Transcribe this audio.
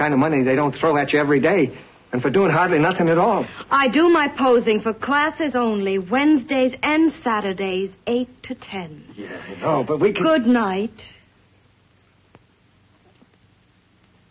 kind of money they don't throw at you every day and for doing hardly nothing at all i do my posing for classes only wednesdays and saturdays eight to ten but we could night